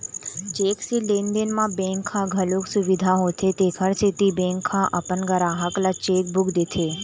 cheque से लेन देन म बेंक ल घलोक सुबिधा होथे तेखर सेती बेंक ह अपन गराहक ल चेकबूक देथे